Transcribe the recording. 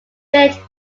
village